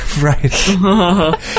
Right